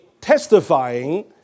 testifying